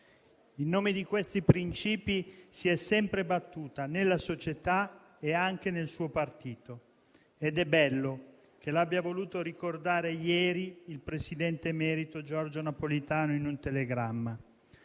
In nome di questi principi si è sempre battuta nella società e anche nel suo partito ed è bello che l'abbia voluto ricordare ieri in un telegramma il presidente emerito Giorgio Napolitano. Ma Fiorenza